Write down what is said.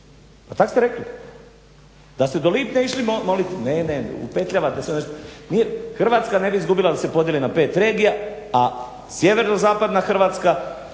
pa tako ste rekli. Da ste do lipnja išli molit, ne ne upetljavate se u nešto, Hrvatska ne bi izgubila da se podijeli na 5 regija, a sjeverozapadna Hrvatska,